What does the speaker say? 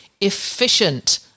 efficient